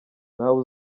nawe